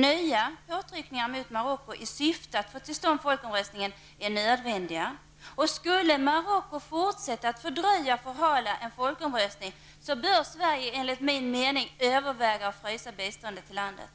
Nya påtryckningar mot Marocko i syfte att få till stånd folkomröstningen är nödvändiga. Skulle Marocko fortsätta att fördröja och förhala en folkomröstning, bör Sverige, enligt min mening, överväga att frysa biståndet till landet.